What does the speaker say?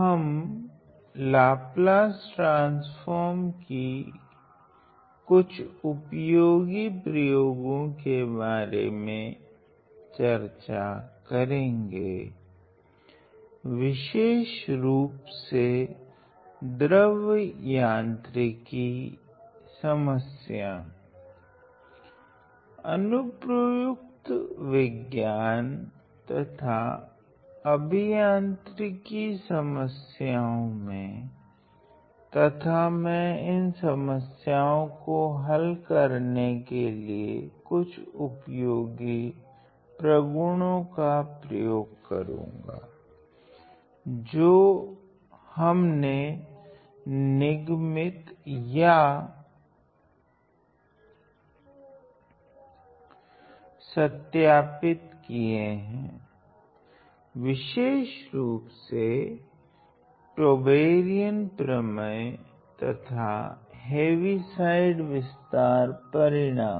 हम Laplace transform की कुछ उपयोगी प्रयोगो के बारे में चर्चा करेगे विशेष रूप से द्रव्य यांत्रिकी की समस्याए अनुप्रयुक्त विज्ञान तथा अभियांत्रिकी समस्याओ में तथा मैं इन समस्याओ को हल करने के लिए कुछ उपयोगी प्रगुणों का प्रयोग करुगा जो हमने निगमीत या सत्यापित किया हैं विशेष रूप से टौबेरियन प्रमेय तथा हेवीसाइड विस्तार परिणाम